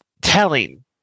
telling